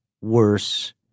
worse